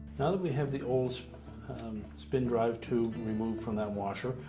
now that we have the old spin drive tube removed from that washer,